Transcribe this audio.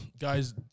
guys